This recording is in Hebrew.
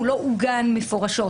הוא לא עוגן מפורשות